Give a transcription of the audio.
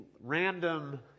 random